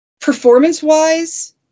performance-wise